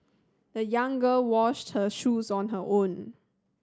the young girl washed her shoes on her own